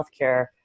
healthcare